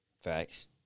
Facts